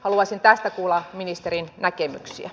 haluaisin tästä kuulla ministerin näkemyksiä